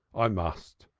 i must.